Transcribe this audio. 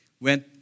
went